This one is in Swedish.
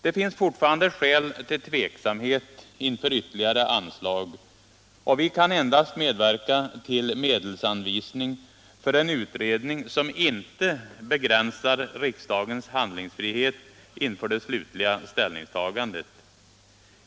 Det finns fortfarande skäl till tveksamhet inför ytterligare anslag, och vi kan endast medverka till medelsanvisning för en utredning som inte begränsar riksdagens handlingsfrihet inför det slutliga ställningstagandet.